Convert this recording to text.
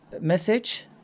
message